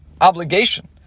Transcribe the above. obligation